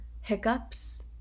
hiccups